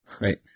right